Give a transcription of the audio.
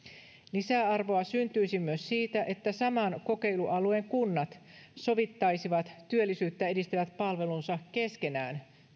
lisäarvoa syntyisi myös siitä että saman kokeilualueen kunnat sovittaisivat työllisyyttä edistävät palvelunsa keskenään